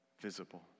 visible